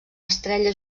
estrella